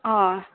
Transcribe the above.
आं